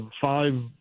five